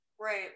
Right